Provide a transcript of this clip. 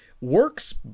works